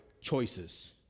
choices